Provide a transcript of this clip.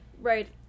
right